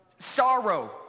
sorrow